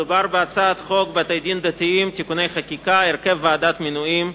מדובר בהצעת חוק בתי-דין דתיים (תיקוני חקיקה) (הרכב ועדת המינויים).